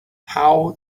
how